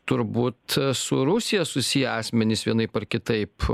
turbūt su rusija susiję asmenys vienaip ar kitaip